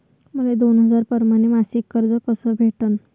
मले दोन हजार परमाने मासिक कर्ज कस भेटन?